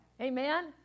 Amen